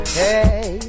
hey